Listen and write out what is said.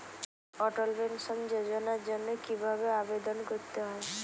অটল pension যোজনার জন্য কি ভাবে আবেদন করতে হয়?